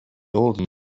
old